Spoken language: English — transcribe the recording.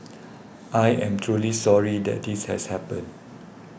I am truly sorry that this has happened